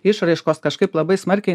išraiškos kažkaip labai smarkiai